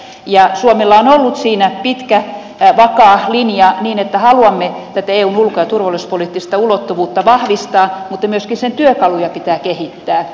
suomella on ollut siinä pitkä vakaa linja niin että haluamme tätä eun ulko ja turvallisuuspoliittista ulottuvuutta vahvistaa mutta myöskin sen työkaluja pitää kehittää